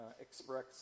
Express